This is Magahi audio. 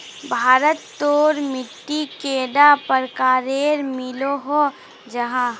भारत तोत मिट्टी कैडा प्रकारेर मिलोहो जाहा?